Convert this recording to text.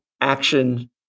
action